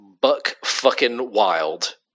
buck-fucking-wild